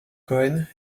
cohen